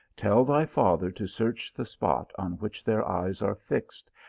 tell thy father to search the spot on which their eyes are fixed,